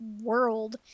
world